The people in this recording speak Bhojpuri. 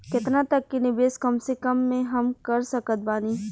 केतना तक के निवेश कम से कम मे हम कर सकत बानी?